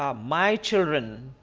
um my children,